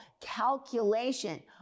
calculation